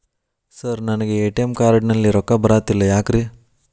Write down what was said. Sir ನನಗೆ ATM card ನಲ್ಲಿ ರೊಕ್ಕ ಬರತಿಲ್ಲ ಯಾಕ್ರೇ?